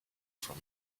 from